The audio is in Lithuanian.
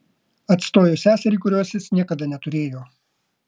atstojo seserį kurios jis niekada neturėjo